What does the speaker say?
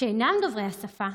שאינם דוברי השפה,